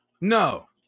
No